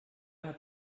hat